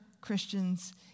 Christians